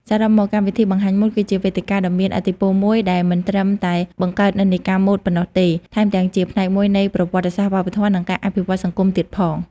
សរុបមក កម្មវិធីបង្ហាញម៉ូដ គឺជាវេទិកាដ៏មានឥទ្ធិពលមួយដែលមិនត្រឹមតែបង្កើតនិន្នាការម៉ូដប៉ុណ្ណោះទេ ថែមទាំងជាផ្នែកមួយនៃប្រវត្តិសាស្ត្រវប្បធម៌ និងការអភិវឌ្ឍសង្គមទៀតផង។